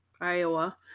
Iowa